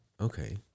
Okay